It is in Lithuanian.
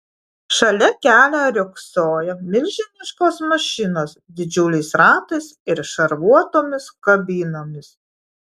šalia kelio riogsojo milžiniškos mašinos didžiuliais ratais ir šarvuotomis kabinomis